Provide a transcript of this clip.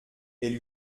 elle